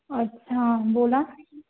अच्छा बोला